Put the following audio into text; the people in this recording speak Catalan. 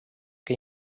que